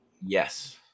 Yes